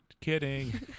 Kidding